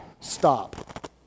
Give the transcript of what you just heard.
Stop